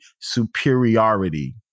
superiority